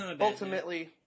ultimately